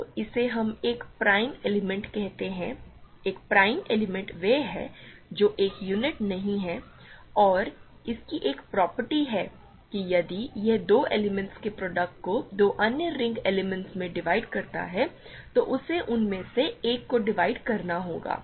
तो इसे हम एक प्राइम एलिमेंट कहते हैं एक प्राइम एलिमेंट वह है जो एक यूनिट नहीं है और इसकी एक प्रॉपर्टी है कि यदि यह दो एलिमेंट्स के प्रोडक्ट को दो अन्य रिंग एलिमेंट्स में डिवाइड करता है तो उसे उनमें से एक को डिवाइड करना होगा